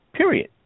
Period